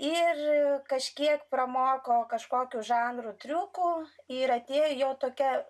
ir kažkiek pramoko kažkokių žanrų triukų ir atėjo jau tokia